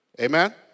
Amen